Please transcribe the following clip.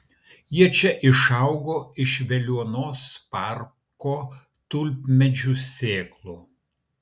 jie čia išaugo iš veliuonos parko tulpmedžių sėklų